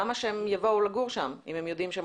למה שהם יבואו לגור שם אם הם יודעים שהם